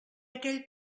aquell